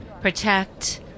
protect